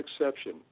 exception